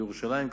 בירושלים,